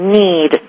need